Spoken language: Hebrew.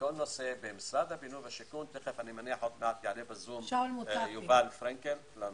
וממשרד הבינוי והשיכון יעלה בזום תכף יובל פרנקל.